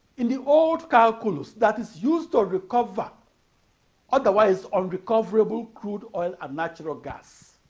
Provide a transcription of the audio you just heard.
in the old calculus that is used to recover otherwise unrecoverable crude oil and natural gas,